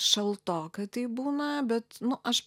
šaltoka taip būna bet nu aš